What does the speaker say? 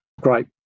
great